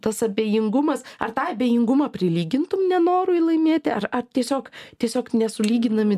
tas abejingumas ar tą abejingumą prilygintum nenorui laimėti ar tiesiog tiesiog nesulyginami